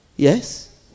Yes